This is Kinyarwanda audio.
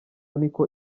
niko